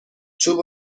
چوب